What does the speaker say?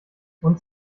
und